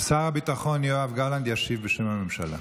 שר הביטחון יואב גלנט ישיב בשם הממשלה.